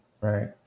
Right